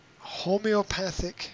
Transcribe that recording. homeopathic